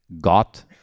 got